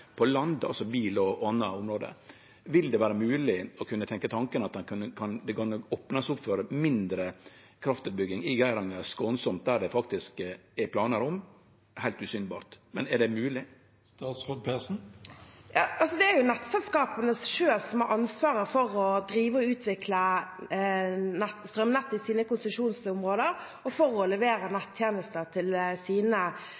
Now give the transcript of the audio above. på land når det gjeld bil og andre område. Vil det vere mogleg å tenkje tanken at det kan opnast opp for mindre kraftutbygging i Geiranger, skånsamt, der det faktisk er planar om det, heilt usynbert? Er det mogleg? Det er nettselskapene selv som har ansvaret for å drive og utvikle strømnettet i sine konsesjonsområder og for å levere nett-tjenester til sine